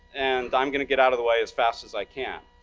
and i'm gonna get out of the way as fast as i can.